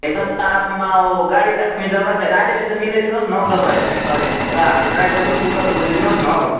हेर त अम्माहो गाडी राख्ने जग्गा छैन अलिअलि त मिलाइदिनुहोस् न हौ तपाईँहरूले नि सर हेर्नुहोस् त हाम्रो ड्राइभरको पनि दुःख त बुझिदिनुहोस् न हौ